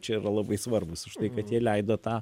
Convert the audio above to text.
čia yra labai svarbūs už tai kad jie leido tą